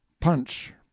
Punch